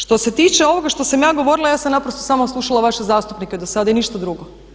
Što se tiče ovoga što sam ja govorila, ja sam naprosto samo slušala vaše zastupnike do sada i ništa drugo.